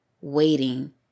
waiting